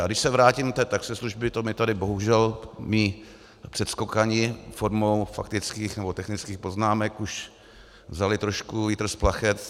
A když se vrátím k té taxislužbě, to mi tady bohužel mí předskokani formou faktických nebo technických poznámek už vzali trošku vítr z plachet.